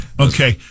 Okay